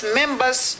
members